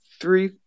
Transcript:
three